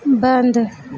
बन्द